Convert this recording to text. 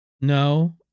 No